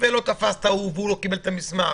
האם אפשר